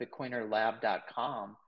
bitcoinerlab.com